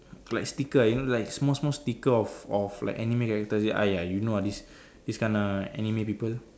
like sticker ah you know like small small sticker of of like anime character !aiya! you know all this this kind of anime people